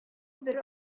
бер